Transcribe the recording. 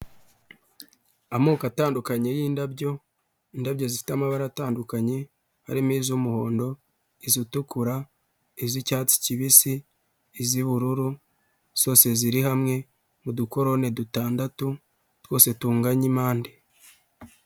Amoko atandukanye y'indabo, indabo zifite amabara atandukanye harimo iz'umuhondo, iz'itukura, iz'icyatsi kibisi, iz'ubururu zose ziri hamwe mudukorone dutandatu twose tunganya impande.